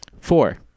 Four